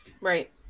Right